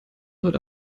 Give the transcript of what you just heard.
heute